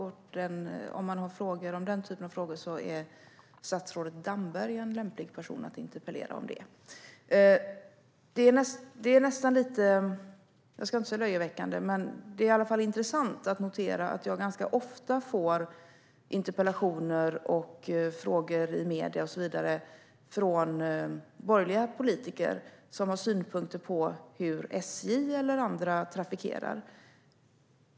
I den typen av frågor är statsrådet Damberg en lämplig person att interpellera. Det är intressant att notera att jag ganska ofta får interpellationer och frågor i medierna från borgerliga politiker som har synpunkter på hur SJ eller andra trafikerar.